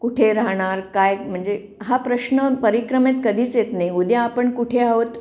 कुठे राहणार काय म्हणजे हा प्रश्न परिक्रमेत कधीच येत नाही उद्या आपण कुठे आहोत